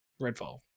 Redfall